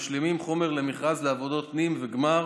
משלימים חומר למכרז לעבודות פנים וגמר,